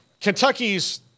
Kentucky's